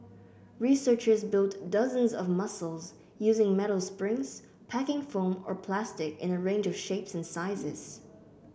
researchers built dozens of muscles using metal springs packing foam or plastic in a range of shapes and sizes